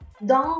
dans